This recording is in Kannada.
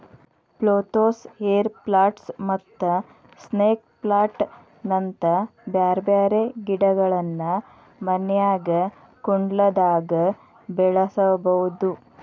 ಪೊಥೋಸ್, ಏರ್ ಪ್ಲಾಂಟ್ಸ್ ಮತ್ತ ಸ್ನೇಕ್ ಪ್ಲಾಂಟ್ ನಂತ ಬ್ಯಾರ್ಬ್ಯಾರೇ ಗಿಡಗಳನ್ನ ಮನ್ಯಾಗ ಕುಂಡ್ಲ್ದಾಗ ಬೆಳಸಬೋದು